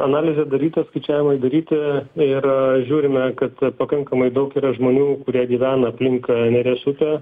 analizė daryta skaičiavimai daryti ir žiūrime kad pakankamai daug yra žmonių kurie gyvena aplink neries upė